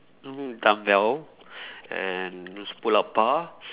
mm dumbbell and pull up bar